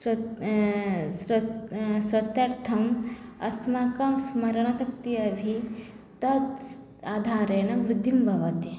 स्र् स्वदर्थं अस्माकं स्मरणशक्तिः अपि तद् आधारेण वृद्धिं भवति